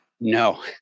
No